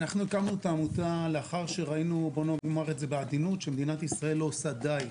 אנחנו הקמנו את העמותה לאחר שראינו שמדינת ישראל לא עושה די,